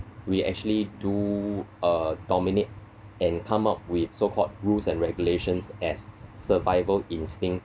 we actually do uh dominate and come up with so called rules and regulations as survival instinct